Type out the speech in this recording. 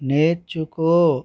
నేర్చుకో